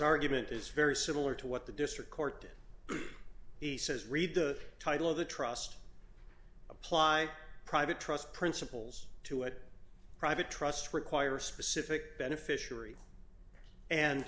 argument is very similar to what the district court it he says read the title of the trost apply private trust principles to it private trust require specific beneficiary and